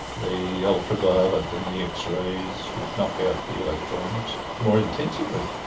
the ultraviolet and the x-rays would knock out the electrons more intensively.